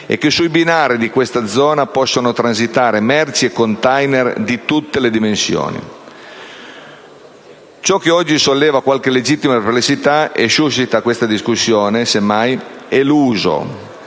e che sui binari di questa zona possono transitare treni e *container* di tutte le dimensioni. Ciò che oggi solleva qualche legittima perplessità e suscita questa discussione, semmai, è l'uso,